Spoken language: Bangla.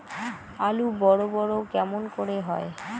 আলু বড় বড় কেমন করে হয়?